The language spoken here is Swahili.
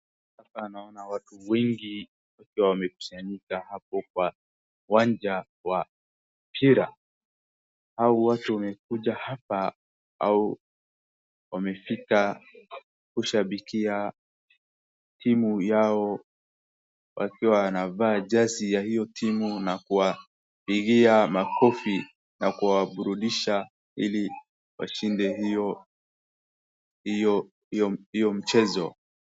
Hapa naona watu wengi wakiwa wamekusanyika hapo kwa uwanja wa mpira. Hao watu wamekuja hapa, au wamefika kushabikia timu yao wakiwa wanavaa jezi ya hio timu na kuwapiga makofi, na kuwaburudisha ili washinde hio, hio, hio mchezo.